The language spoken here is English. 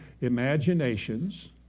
imaginations